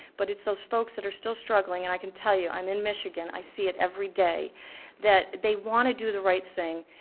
but it's those folks that are still struggling, and i can tell you, i'm in michigan, i see it every day that they want to do the right thing.